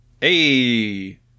Hey